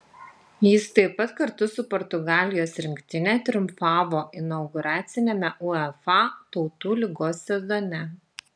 jis taip pat kartu su portugalijos rinktine triumfavo inauguraciniame uefa tautų lygos sezone